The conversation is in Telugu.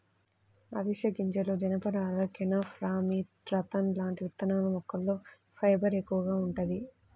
అవిశె గింజలు, జనపనార, కెనాఫ్, రామీ, రతన్ లాంటి విత్తనాల మొక్కల్లో ఫైబర్ ఎక్కువగా వుంటది